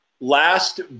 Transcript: last